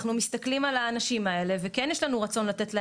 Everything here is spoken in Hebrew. אנחנו מסתכלים על האנשים האלה וכן יש לנו רצון לתת להם,